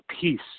peace